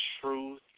truth